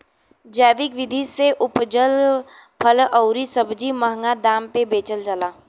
जैविक विधि से उपजल फल अउरी सब्जी महंगा दाम पे बेचल जाला